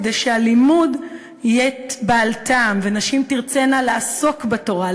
כדי שהלימוד יהיה בעל טעם ונשים תרצינה לעסוק בתורה,